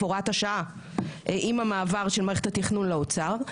הוראת השעה עם המעבר של מערכת התכנון לאוצר,